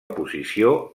posició